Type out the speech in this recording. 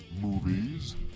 movies